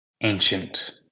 ancient